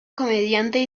comediante